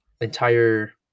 entire